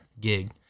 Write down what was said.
gig